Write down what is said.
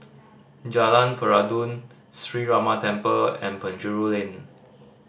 Jalan Peradun Sree Ramar Temple and Penjuru Lane